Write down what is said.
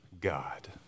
God